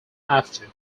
after